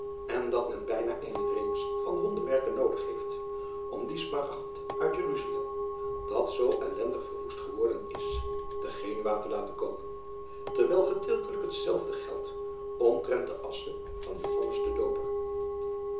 en dat men bijna eene reeks van wonderwerken noodig heeft om dien smaragd uit jeruzalem dat zoo ellendig verwoest geworden is te genua te laten komen terwijl gedeeltelijk hetzelfde geldt omtrent de assche van joannes den dooper